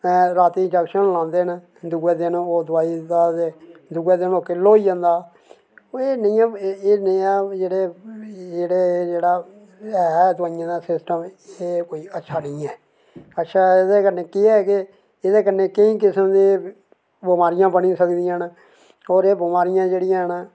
आं रातीं इंजेक्शन लांदे न ते दूऐ दिन ओह् किलो होई जंदे न एह् नेआं जेह्ड़े जेह्ड़ा ऐ एह् जेह्ड़ा सिस्टम एह् कोई अच्छा निं ऐ अच्छा एह्दे कन्नै केह् ऐ की एह्दे कन्नै केईं किस्म दियां बमारियां बनी सकदियां न होर एह् बमारियां जेह्ड़ियां न